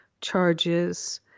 charges